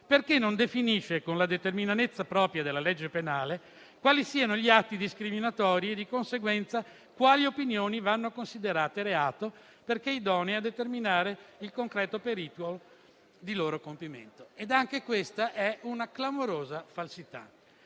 perché non definisce con la determinatezza propria della legge penale quali siano gli atti discriminatori e, di conseguenza, quali opinioni vadano considerate reato perché idonee a determinare il concreto pericolo di un loro compimento. Anche questa è una clamorosa falsità.